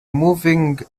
moving